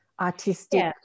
artistic